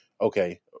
Okay